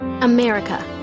America